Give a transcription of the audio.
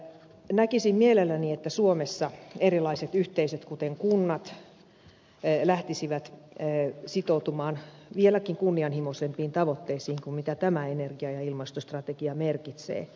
näkisin mielelläni että suomessa erilaiset yhteisöt kuten kunnat lähtisivät sitoutumaan vieläkin kunnianhimoisempiin tavoitteisiin kuin tämä energia ja ilmastostrategia merkitsee